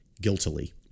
guiltily